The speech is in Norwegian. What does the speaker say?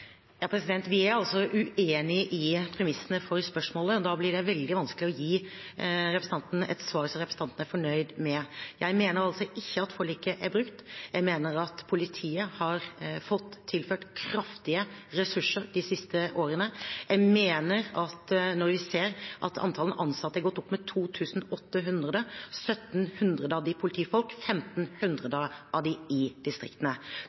Vi er uenige i premissene for spørsmålet, og da blir det veldig vanskelig å gi representanten et svar som representanten er fornøyd med. Jeg mener altså ikke at forliket er brutt, jeg mener at politiet har fått tilført kraftige ressurser de siste årene. Jeg mener at når vi ser at antallet ansatte har gått opp med 2 800 – av dem er 1 700 politifolk hvorav 1 500 i distriktene